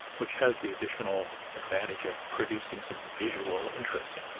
which has the additional advantage of producing some visual interest.